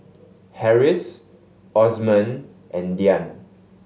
Harris Osman and Dian